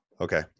okay